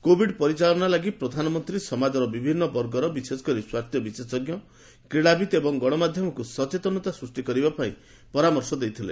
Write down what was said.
Covid ପରିଚାଳନା ଲାଗି ପ୍ରଧାନମନ୍ତ୍ରୀ ସମାଜର ବିଭିନ୍ନ ବର୍ଗର ବିଶେଷ କରି ସ୍ୱାସ୍ଥ୍ୟ ବିଶେଷଜ୍ଞ କ୍ରୀଡ଼ାବିତ୍ ଏବଂ ଗଣମାଧ୍ୟମକୁ ସଚେତନତା ସୃଷ୍ଟି କରିବା ପାଇଁ ପରାମର୍ଶ ଦେଇଥିଲେ